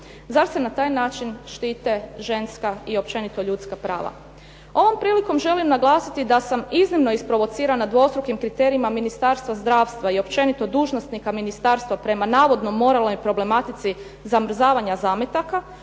Zar se na taj način štite ženska i općenito ljudska prava? Ovom prilikom želim naglasiti da sam iznimno isprovocirana dvostrukim kriterijima Ministarstva zdravstva i općenito dužnosnika ministarstva prema navodno moralnoj problematici zamrzavanja zametaka